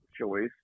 choice